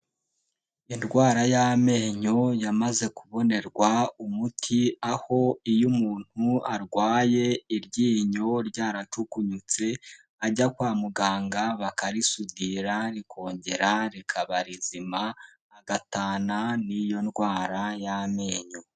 Indwara y'amenyo, yamaze kubonerwa umuti, aho iyo umuntu arwaye iryinyo ryaracukunyutse, ajya kwa muganga bakarisudira, rikongera rikaba rizima, agatana n'iyo ndwara y'amenyo.